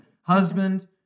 Husband